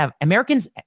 Americans